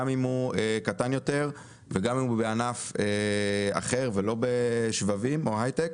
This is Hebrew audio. גם אם הוא קטן יותר וגם אם הוא בענף אחר ולא בשבבים או הייטק,